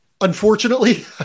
unfortunately